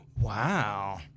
Wow